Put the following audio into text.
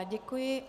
Děkuji.